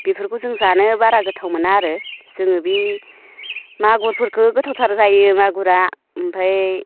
बेफोरखौ जों जानो बारा गोथाव मोना आरो जोङो बे मागुरफोरखौ गोथावथार जायो मागुरा ओमफ्राय